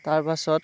তাৰপাছত